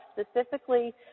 specifically